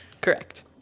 Correct